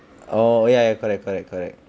oh ya ya correct correct correct